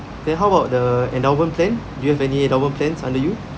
then how about the endowment plan do you have any endowment plants under you